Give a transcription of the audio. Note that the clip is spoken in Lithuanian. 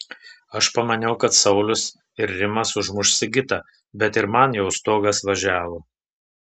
aš pamaniau kad saulius ir rimas užmuš sigitą bet ir man jau stogas važiavo